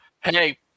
Hey